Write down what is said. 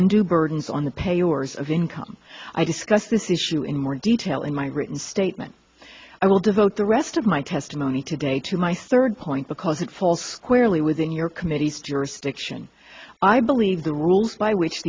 undue burdens on the pay yours of income i discuss this issue in more detail in my written statement i will devote the rest of my testimony today to my stirred point because it falls squarely within your committee's jurisdiction i believe the rules by which